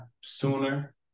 sooner